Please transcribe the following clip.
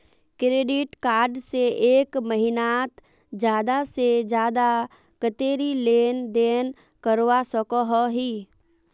Credit card से एक महीनात ज्यादा से ज्यादा कतेरी लेन देन करवा सकोहो ही?